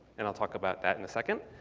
and i'll talk about that in a second.